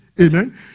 Amen